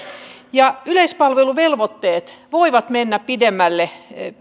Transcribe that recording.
ja yleispalveluvelvoitteet voivat mennä pidemmälle